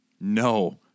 No